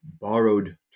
borrowed